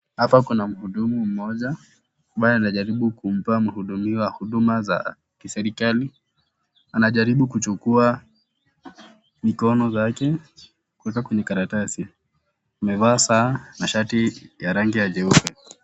Hapa kuna mhudumu mmoja ambaye anajaribu kumpea mhudumiwa huduma za kiserekali anajaribu kuchukua mikono zake kuweka kwenye karatasi. Amevaa saa na shati ya rangi ya jeupe.